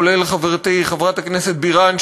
כולל חברתי חברת הכנסת בירן,